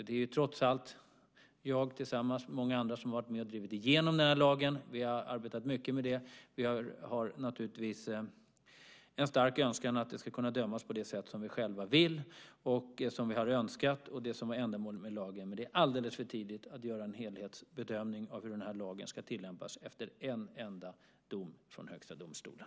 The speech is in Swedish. Det är trots allt jag som tillsammans med många andra som har varit med och drivit igenom lagen. Vi har arbetat mycket med det. Vi har naturligtvis en stark önskan att det ska kunna dömas på det sätt som vi själva vill, som vi har önskat och som var ändamålet med lagen. Men det är alldeles för tidigt att göra en helhetsbedömning av hur lagen ska tillämpas efter en enda dom från Högsta domstolen.